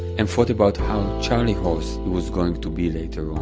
and thought about how charley-horsed he was going to be later